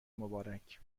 مبارک